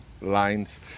lines